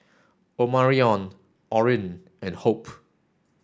Omarion Orrin and Hope